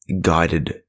guided